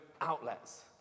outlets